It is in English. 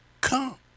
Come